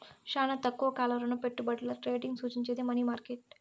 శానా తక్కువ కాల రుణపెట్టుబడుల ట్రేడింగ్ సూచించేది మనీ మార్కెట్